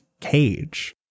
cage